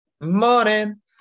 Morning